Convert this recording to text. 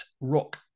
rock